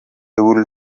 able